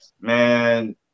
man